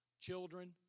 children